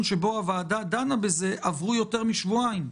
שבו הוועדה דנה בזה עברו יותר משבועיים.